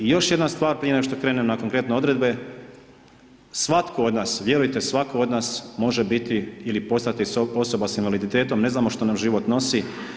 I još jedna stvar prije nego što krenem na konkretne odredbe, svatko od nas, vjerujte svatko od nas može biti ili postati osoba s invaliditetom, ne znamo što nam život nosi.